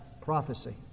prophecy